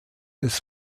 des